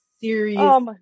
Serious